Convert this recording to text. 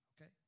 okay